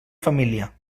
família